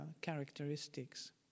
characteristics